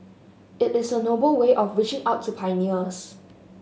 it is a noble way of reaching out to pioneers